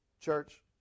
Church